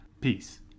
Peace